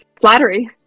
Flattery